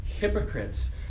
hypocrites